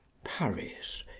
paris,